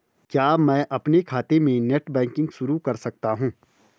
क्या मैं अपने खाते में नेट बैंकिंग शुरू कर सकता हूँ?